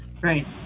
right